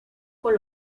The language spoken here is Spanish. con